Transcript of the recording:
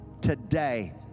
today